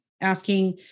asking